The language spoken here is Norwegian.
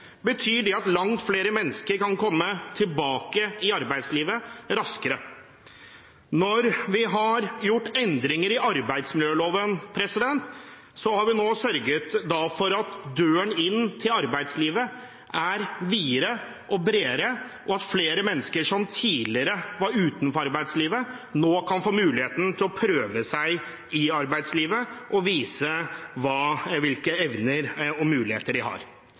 betyr det at langt flere mennesker kan komme tilbake i arbeidslivet raskere. Når vi nå har gjort endringer i arbeidsmiljøloven, har vi sørget for at døren inn til arbeidslivet er videre og bredere, og at flere mennesker som tidligere var utenfor arbeidslivet, nå kan få muligheten til å prøve seg i arbeidslivet og vise hvilke evner og muligheter de har.